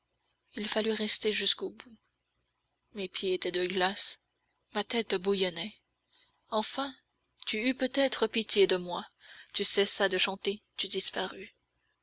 il fallut rester jusqu'au bout mes pieds étaient de glace ma tête bouillonnait enfin tu eus peut-être pitié de moi tu cessas de chanter tu disparus